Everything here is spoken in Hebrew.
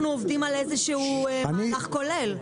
אנחנו עובדים על איזשהו מהלך כולל".